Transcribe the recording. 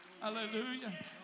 Hallelujah